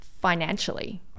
financially